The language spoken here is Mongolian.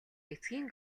эцгийн